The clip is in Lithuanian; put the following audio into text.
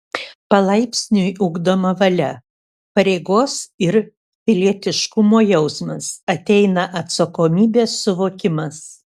palaipsniui ugdoma valia pareigos ir pilietiškumo jausmas ateina atsakomybės suvokimas